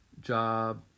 job